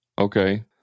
Okay